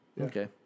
Okay